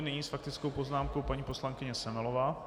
Nyní s faktickou poznámkou paní poslankyně Semelová.